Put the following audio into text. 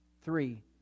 three